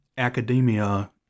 academia